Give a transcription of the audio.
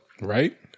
Right